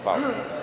Hvala.